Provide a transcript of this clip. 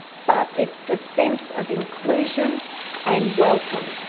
but it's the sense of inclusion and welcome.